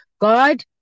God